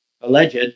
alleged